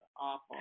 awful